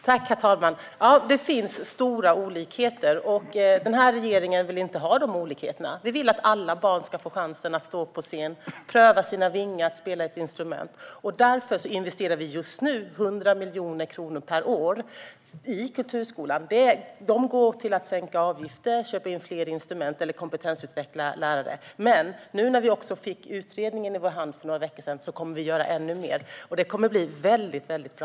Herr talman! Ja, det finns stora olikheter. Den här regeringen vill inte ha de olikheterna, utan vi vill att alla barn ska få chansen att stå på scen och pröva sina vingar med att spela ett instrument. Därför investerar vi just nu 100 miljoner kronor per år i kulturskolan. De går till att sänka avgifter, köpa in fler instrument eller kompetensutveckla lärare. Nu efter att vi fick utredningen i vår hand för några veckor sedan kommer vi också att göra ännu mer, och detta kommer att bli väldigt bra.